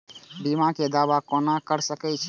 बीमा के दावा कोना के सके छिऐ?